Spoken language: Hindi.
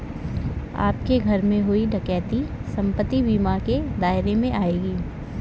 आपके घर में हुई डकैती संपत्ति बीमा के दायरे में आएगी